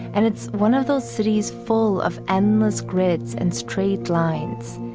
and it's one of those cities full of endless grids and straight lines.